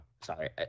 Sorry